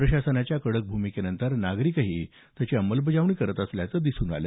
प्रशासनाच्या कडक भूमिकेनंतर नागरिकही त्याची अंमलबजावणी करत असल्याचं दिसून आलं